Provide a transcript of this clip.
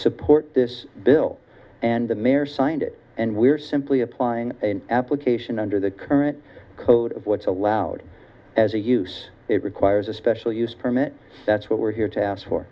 support this bill and the mayor signed it and we're simply applying a application under the current code of what's allowed as a use it requires a special use permit that's what we're here to ask for